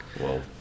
Whoa